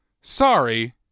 Sorry